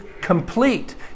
complete